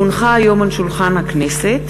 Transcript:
כי הונחו היום על שולחן הכנסת,